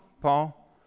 Paul